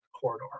corridor